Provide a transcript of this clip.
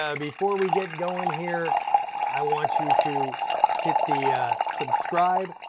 ah before we get going here i want you to hit the subscribe,